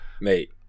mate